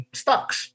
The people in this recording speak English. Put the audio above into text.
stocks